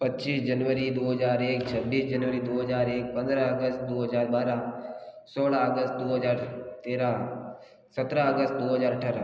पच्चीस जनवरी दो हज़ार एक छब्बीस जनवरी दो हज़ार एक पंद्रह अगस्त दो हज़ार बाराह सोलह अगस्त दो हज़ार तेराह सत्रह अगस्त दो हज़ार अट्ठारह